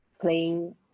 playing